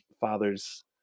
father's